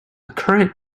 current